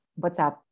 WhatsApp